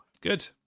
Good